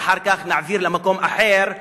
ואחר כך נעביר למקום אחר,